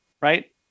right